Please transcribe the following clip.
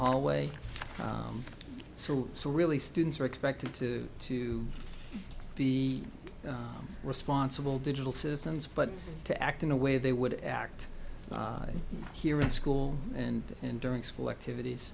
hallway so it's really students are expected to to be responsible digital systems but to act in a way they would act here in school and in during school activities